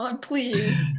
please